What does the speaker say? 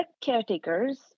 caretakers